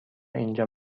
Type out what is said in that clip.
اینجا